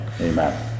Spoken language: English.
amen